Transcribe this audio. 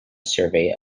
survey